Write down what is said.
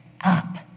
up